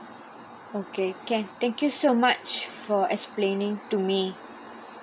okay can thank you so much for explaining to me